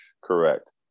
Correct